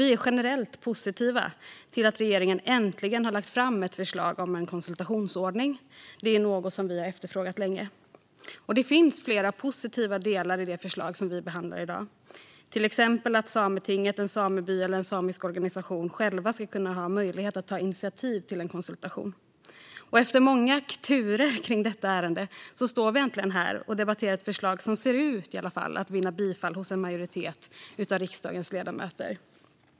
Vi är generellt positiva till att regeringen äntligen lagt fram ett förslag om konsultationsordning. Det är något vi länge har efterfrågat. Det finns flera positiva delar i det förslag vi behandlar i dag, till exempel att Sametinget, en sameby eller en samisk organisation själva ska ha möjlighet att ta initiativ till konsultation. Efter många turer kring detta ärende står vi äntligen här och debatterar ett förslag som ser ut att vinna bifall hos en majoritet av riksdagens ledamöter.